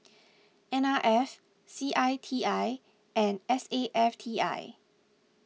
N R F C I T I and S A F T I